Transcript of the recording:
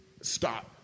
stop